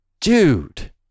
Dude